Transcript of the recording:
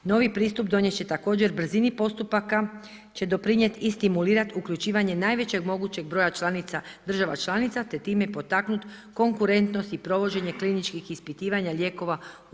Novi pristup donijet će također brzini postupaka će doprinijet i stimulirat uključivanje najvećeg mogućeg broja država članica te time i potaknut konkurentnost i provođenje kliničkih ispitivanja lijekova u EU.